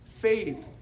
faith